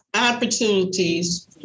opportunities